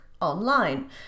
online